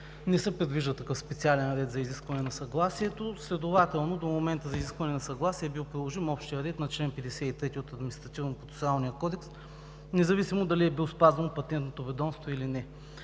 Не се предвижда такъв специален ред за изискване на съгласието, следователно до момента за изискване на съгласие е бил приложим общият ред на чл. 55 от Административнопроцесуалния кодекс, независимо дали е бил спазен от Патентното ведомство или не.